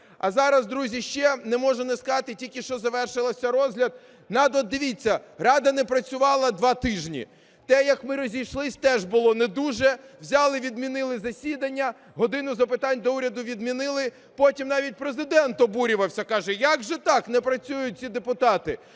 А зараз, друзі, ще не можу не сказати, тільки що завершився розгляд. От дивіться, Рада не працювала два тижні, те, як ми розійшлися, теж було не дуже, взяли відмінили засідання, "годину запитань до Уряду" відмінили. Потім навіть Президент обурювався, каже, як же так, не працюють ці депутати.